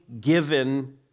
given